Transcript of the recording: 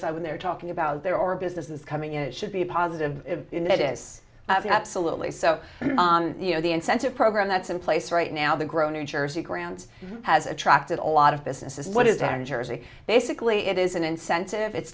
side when they're talking about their or businesses coming in it should be a positive it is absolutely so you know the incentive program that's in place right now the grow new jersey grounds has attracted a lot of business is what is our jersey basically it is an incentive it's